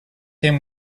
him